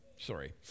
Sorry